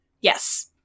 Yes